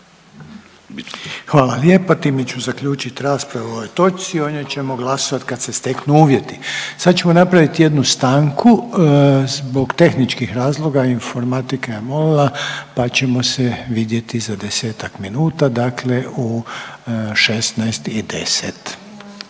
Hvala lijepa. Time ću zaključiti raspravu o ovoj točci. O njoj ćemo glasovati kad se steknu uvjeti. Sad ćemo napravit jednu stanku zbog tehničkih razloga, informatika je molila, pa ćemo se vidjeti za 10-ak minuta, dakle u 16 i 10.